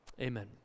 Amen